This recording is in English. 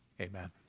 Amen